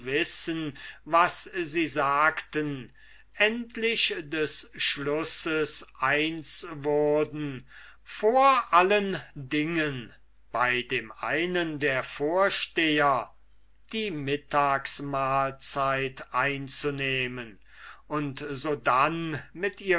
wissen was sie sagten endlich des schlusses eins wurden fördersamst bei dem einen der vorsteher die mittagsmahlzeit einzunehmen und sodann mit